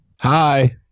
Hi